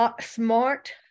smart